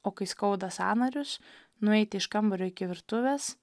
o kai skauda sąnarius nueiti iš kambario iki virtuvės